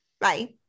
Bye